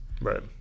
right